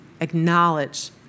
acknowledge